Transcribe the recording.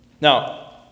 Now